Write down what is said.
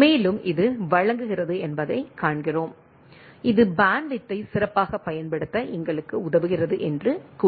மேலும் இது வழங்குகிறது என்பதைக் காண்கிறோம் இது பேண்ட்வித்தை சிறப்பாகப் பயன்படுத்த எங்களுக்கு உதவுகிறது என்று கூறுங்கள்